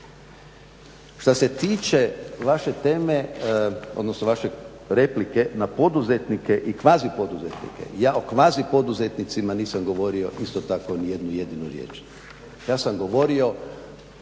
Što se tiče vaše teme, odnosno vaše replike na poduzetnike i kvazi poduzetnike, ja o kvazi poduzetnicima nisam govorio isto tako ni jednu jedinu riječ. Ja sam govorio